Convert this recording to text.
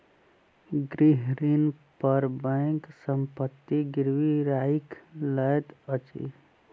गृह ऋण पर बैंक संपत्ति गिरवी राइख लैत अछि